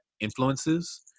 influences